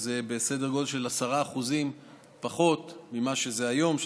זה בסדר גודל של 10% פחות ממה שזה היום,